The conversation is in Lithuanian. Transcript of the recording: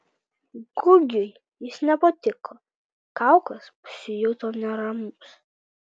gugiui jis nepatiko kaukas pasijuto neramus